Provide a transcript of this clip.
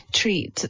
treat